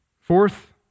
Fourth